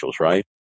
right